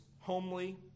homely